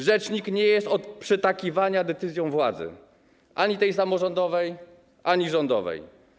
Rzecznik nie jest od przytakiwania decyzjom władzy, ani tej samorządowej, ani rządowej.